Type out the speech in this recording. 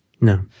No